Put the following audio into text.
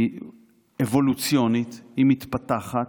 היא אבולוציונית, היא מתפתחת.